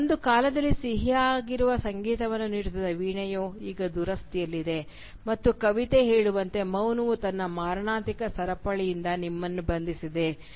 ಒಂದು ಕಾಲದಲ್ಲಿ ಸಿಹಿಯಾಗಿರುವ ಸಂಗೀತವನ್ನು ನೀಡುತ್ತಿದ್ದ ವೀಣೆಯು ಈಗ ದುರಸ್ತಿಯಲ್ಲಿದೆ ಮತ್ತು ಕವಿತೆ ಹೇಳುವಂತೆ "ಮೌನವು ತನ್ನ ಮಾರಣಾಂತಿಕ ಸರಪಳಿಯಿಂದ ನಿಮ್ಮನ್ನು ಬಂಧಿಸಿದೆ"